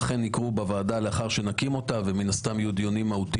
ביצועה של משימה זו במדינה דמוקרטית מחייב איזונים